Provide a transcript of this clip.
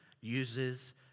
uses